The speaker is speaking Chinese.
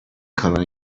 可能